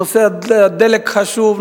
נושא הדלק חשוב,